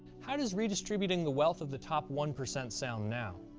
how does redistributing the wealth of the top one percent sound now?